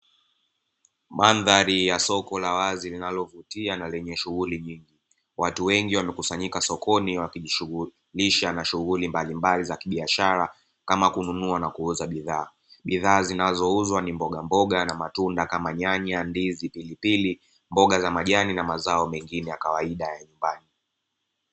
Mandhari ya soko la wazi linalovutia na lenye shughuli nyingi, watu wengi wamekusanyika sokoni wakijishughulisha na shughuli mbalimbali za kibiashara kama kuuza na kununua bidhaa. Bidhaa zinazouzwa ni mboga mboga na matunda kama nyanya, ndizi, pilipili, mboga za majani na mazao mengine ya kawaida ya nyumbani.